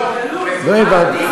לא הבנתי.